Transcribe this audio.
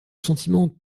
sentiment